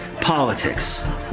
politics